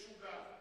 יש עוגה,